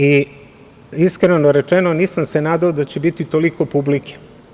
Iskreno rečeno, nisam se nadao da će biti toliko publike.